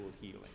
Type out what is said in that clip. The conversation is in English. healing